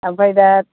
आमफाय दा